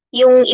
yung